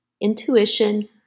intuition